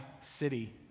City